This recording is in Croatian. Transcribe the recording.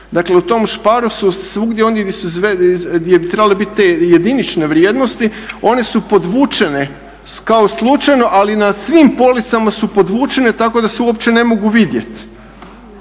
dakle u tom Sparu su svugdje ondje gdje bi trebale te jedinične vrijednosti one su podvučene kao slučajno ali nad svim policama su podvučene tako da se uopće ne mogu vidjet.